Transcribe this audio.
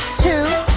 two,